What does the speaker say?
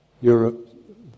Europe